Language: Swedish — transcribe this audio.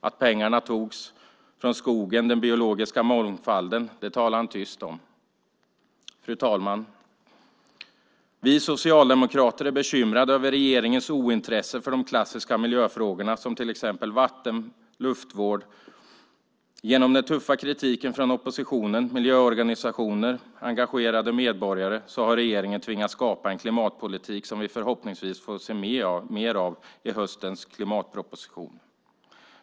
Att pengarna togs från skogen och den biologiska mångfalden talade han tyst om. Fru talman! Vi socialdemokrater är bekymrade över regeringens ointresse för de klassiska miljöfrågorna, som till exempel vatten och luftvård. Genom den tuffa kritiken från oppositionen, miljöorganisationer och engagerade medborgare har regeringen tvingats skapa en klimatpolitik som vi förhoppningsvis får se mer av i höstens klimatproposition.